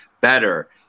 better